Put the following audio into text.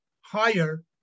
higher